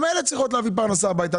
גם אלה צריכות להביא פרנסה הביתה.